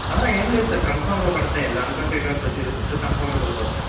ఏమి లేదు సార్ కన్ఫామ్గా పడతాయి దానికంటూ ఎటువంటి ప్రొసీజర్ ఉండదు కన్ఫామ్గా పడిపోతాయి